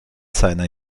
seiner